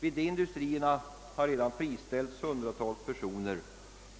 Vid dessa industrier har redan hundratals personer friställts,